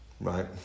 Right